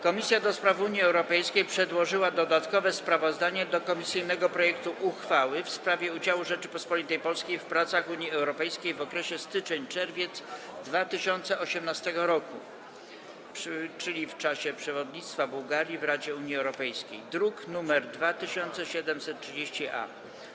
Komisja do Spraw Unii Europejskiej przedłożyła dodatkowe sprawozdanie do komisyjnego projektu uchwały w sprawie udziału Rzeczypospolitej Polskiej w pracach Unii Europejskiej w okresie styczeń-czerwiec 2018 r., czyli w czasie przewodnictwa Bułgarii w Radzie Unii Europejskiej, druk nr 2730-A.